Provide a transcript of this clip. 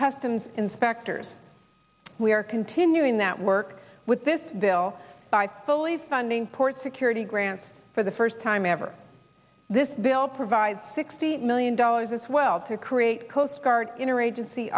customs inspectors we are continuing that work with this bill by fully funding port security grants for the first time ever this bill provides sixty million dollars as well to create coast guard interagency